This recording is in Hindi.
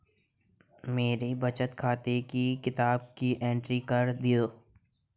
मेरे बचत खाते की किताब की एंट्री कर दो?